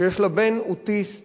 שיש לה בן אוטיסט